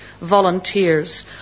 volunteers